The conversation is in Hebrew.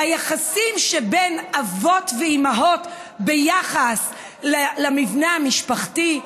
ביחסים שבין אבות ואימהות ביחס למבנה המשפחתי.